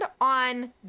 on